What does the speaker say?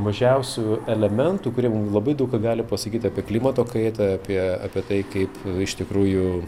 mažiausių elementų kurie mum labai daug ką gali pasakyt apie klimato kaitą apie apie tai kaip iš tikrųjų